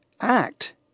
act